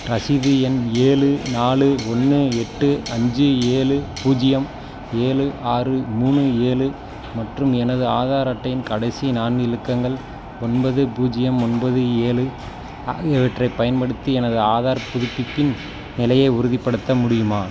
ரசீது எண் ஏழு நாலு ஒன்று எட்டு அஞ்சி ஏழு பூஜ்ஜியம் ஏழு ஆறு மூணு ஏழு மற்றும் எனது ஆதார் அட்டையின் கடைசி நான்கு இலக்கங்கள் ஒன்பது பூஜ்ஜியம் ஒன்பது ஏழு ஆகியவற்றைப் பயன்படுத்தி எனது ஆதார் புதுப்பிப்பின் நிலையை உறுதிப்படுத்த முடியுமா